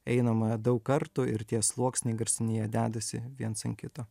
einama daug kartų ir tie sluoksniai garsiniai jie dedasi viens ant kito